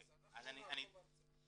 אנחנו נעקוב אחרי זה.